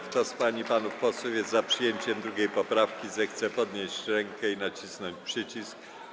Kto z pań i panów posłów jest za przyjęciem 2. poprawki, zechce podnieść rękę i nacisnąć przycisk.